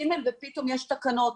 ג' ופתאום יש תקנות.